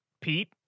Pete